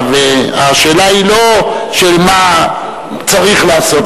והשאלה היא לא מה צריך לעשות,